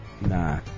Nah